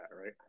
right